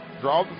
draw